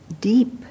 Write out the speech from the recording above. deep